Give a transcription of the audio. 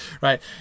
right